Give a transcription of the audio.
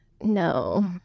No